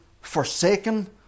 forsaken